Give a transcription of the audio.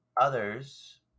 others